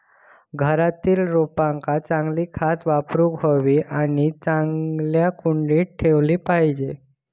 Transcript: घरातील रोपांका चांगली खता वापरूक हवी आणि चांगल्या कुंडीत ठेवली पाहिजेत